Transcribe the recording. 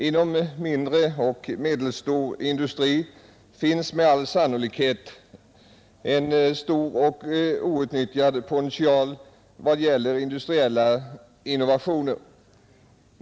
Inom mindre och medelstor industri finns med all sannolikhet en stor och outnyttjad potential vad gäller industriella innovationer.